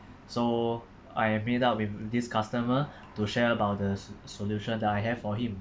so I have met up with this customer to share about the s~ solution that I have for him